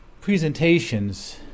presentations